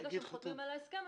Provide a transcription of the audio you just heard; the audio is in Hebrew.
ברגע שהם חותמים על ההסכם,